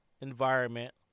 environment